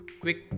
quick